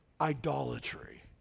idolatry